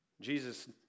Jesus